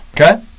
okay